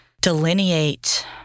delineate